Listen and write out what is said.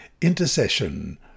intercession